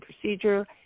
procedure